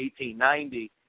1890